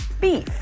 beef